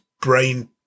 brain